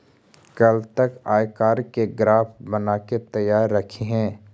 कल तक आयकर के ग्राफ बनाके तैयार रखिहें